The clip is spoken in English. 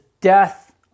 death